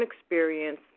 experience